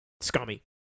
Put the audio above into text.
Scummy